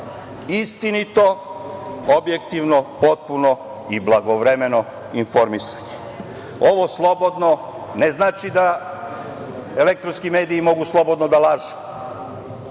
istinito, objektivno, potpuno i blagovremeno informisanje. Ovo „slobodno“ ne znači da elektronski mediji mogu slobodno da lažu,